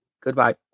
Goodbye